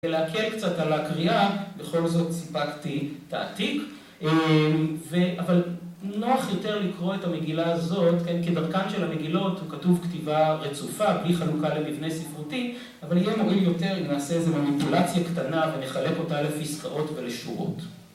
‫ולהקל קצת על הקריאה, ‫בכל זאת סיפקתי תעתיק. ‫ו... אבל נוח יותר לקרוא את המגילה הזאת, ‫כדרכן של המגילות, ‫הוא כתוב כתיבה רצופה, ‫בלי חלוקה לבבנה ספרותי, ‫אבל יהיה מועיל יותר ‫אם נעשה איזו מניפולציה קטנה ‫ונחלק אותה לפסקאות ולשורות.